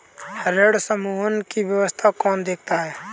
ऋण समूहन की व्यवस्था कौन देखता है?